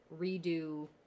redo